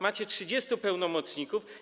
Macie 30 pełnomocników.